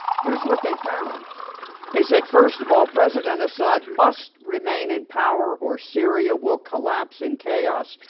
here is what they found they said, first of all president assad must remain in power or syria will collapse in chaos,